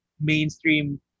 mainstream